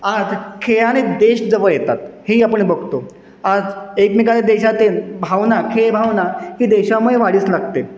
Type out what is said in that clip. आज खेळाने देश जवळ येतात हेही आपण बघतो आज एकमेकांच्या देशातील भावना खेळभावना ही देशामुळे वाढीस लागते